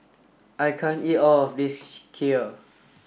I can't eat all of this Kheer